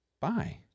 Bye